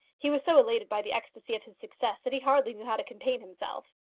he was so elated by the ecstasy of his success that he hardly knew how to contain himself.